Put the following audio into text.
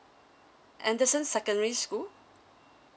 anderson secondary school